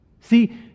See